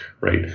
Right